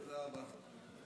תודה רבה.